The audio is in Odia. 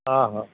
ହଁ ହଁ